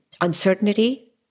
Uncertainty